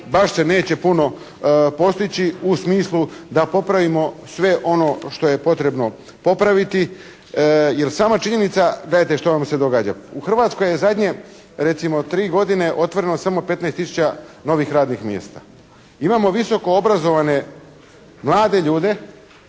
baš se neće puno postići u smislu da popravimo sve ono što je potrebno popraviti jer sama činjenica, gledajte što nam se događa. U Hrvatskoj je zadnje recimo 3 godine otvoreno samo 15 tisuća novih radnih mjesta. Imamo visoko obrazovane mlade ljude